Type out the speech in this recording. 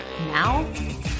Now